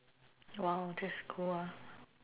!wow! that's good ah